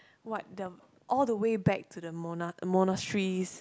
what the all the way back to the mona~ monasteries